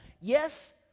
Yes